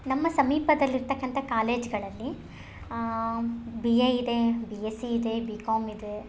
ನಮ್ಮ ಸಮೀಪದಲ್ಲಿರ್ತಕ್ಕಂಥ ಕಾಲೇಜ್ಗಳಲ್ಲಿ ಬಿ ಎ ಇದೆ ಬಿ ಎಸ್ ಸಿ ಇದೆ ಬಿ ಕಾಮ್ ಇದೆ